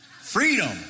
Freedom